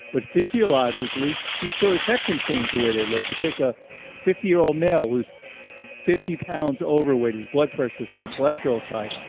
but physiologically you sure as heck can change the way they look you take a fifty year old male who's fifty pounds overweight. his blood pressure's high cholesterol's high.